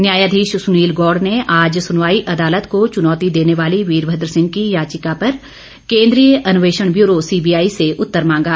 न्यायाधीश सुनील गौड़ ने आज सुनवाई अदालत को चुनौती देने वाली वीरभद्र सिंह की याचिका पर केन्द्रीय अन्वेषण ब्यूरो सीबीआई से उत्तर मांगा